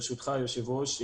ברשותך, היושב-ראש.